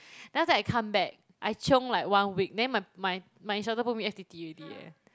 then after that I come back I chiong like one week then my my instructor book me f_t_t already eh